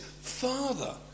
Father